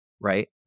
right